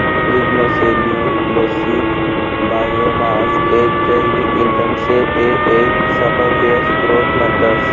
lignocellulosic biomass एक जैविक इंधन शे ते एक सभव्य स्त्रोत म्हणतस